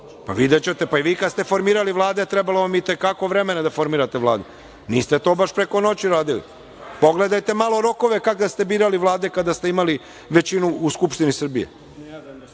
pa videćete. I vi kada ste formirali vlade trebalo vam je i te kako da formirate Vladu. Niste to baš preko noći uradili. Pogledajte malo rokove kada ste birali vlade kada ste imali većinu u Skupštini Srbije